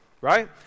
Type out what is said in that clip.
right